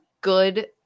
good